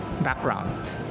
background